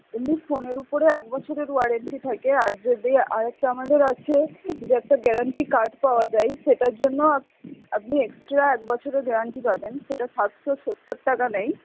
এমনি ফোনের উপরে এক বছরের ওয়ারেন্টি থাকে আর যদি আরেকটা আমাদের আছে যে একটা গ্যারেন্টি কার্ড পাওয়া যায় সেটার জন্য আপনি এক্সট্রা এক বছরের গ্যারেন্টি পাবেন সেটা সাতশো সত্তর টাকা নেয়